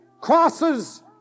Crosses